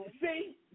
see